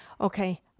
Okay